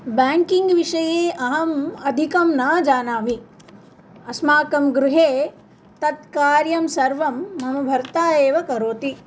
banking विषये अहम् अधिकं न जानामि अस्माकं गृहे तत् कार्यं सर्वं मम भर्ता एव करोति